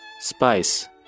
Spice